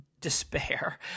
despair